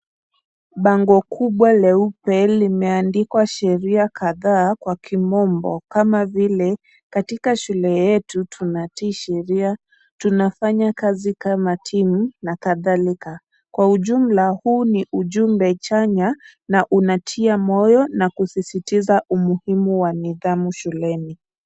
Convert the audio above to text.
Bango kubwa leupe limeandikwa sheria kadhaa kwa kimombo kama vile; katika shule yetu tunatii sheria, tunafanya kazi kama timu na kadhalika. Kwa ujumla huu ni ujumbe chanya na unatia moyo na kusisitiza umuhimu wa nidhamu shuleni.